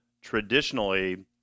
traditionally